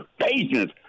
patience